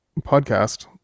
podcast